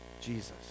Jesus